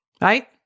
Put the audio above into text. right